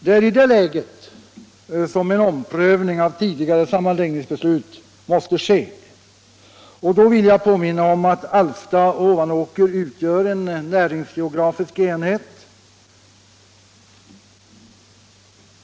Det är i det läget som en omprövning av tidigare sammanläggningsbeslut måste ske. Jag vill då påminna om att Alfta och Ovanåker utgör en näringsgeografisk enhet.